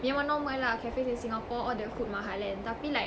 memang normal lah cafes in singapore all the food mahal kan tapi like